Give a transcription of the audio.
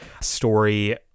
story